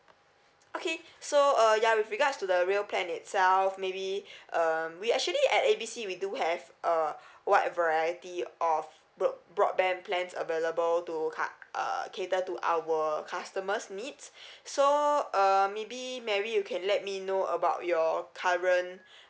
okay so uh ya with regards to the real plan itself maybe um we actually at A B C we do have a wide variety of broad broadband plan available to ca~ uh cater to our customers' needs so uh maybe mary you can let me know about your current